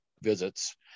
visits